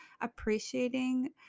appreciating